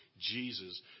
Jesus